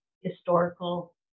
historical